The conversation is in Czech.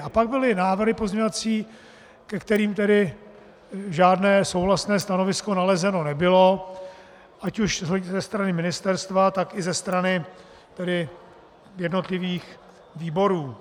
A pak byly pozměňovací návrhy, ke kterým žádné souhlasné stanovisko nalezeno nebylo, ať už ze strany ministerstva, tak i ze strany jednotlivých výborů.